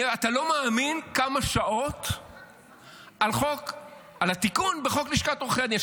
אתה לא מאמין כמה שעות על התיקון בחוק לשכת עורכי הדין.